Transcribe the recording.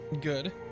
Good